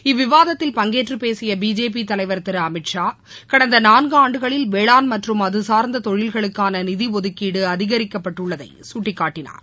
இந்தவிவாதத்தில் பங்கேற்றுப் பேசியபிஜேபிதலைவர் திருஅமித் ஷா கடந்தநான்காண்டுகளில் வேளான் மற்றம் அதுசார்ந்ததொழில்களுக்கானநிதிஒதுக்கீடுஅதிகரிக்கப்பட்டுள்ளதைசுட்டிக் காட்டினார்